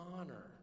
honor